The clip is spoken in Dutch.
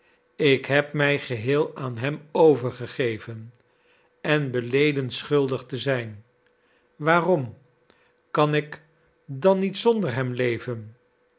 ik heb mij geheel aan hem overgegeven en beleden schuldig te zijn waarom kan ik dan niet zonder hem leven